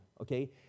okay